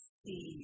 see